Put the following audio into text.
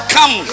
Come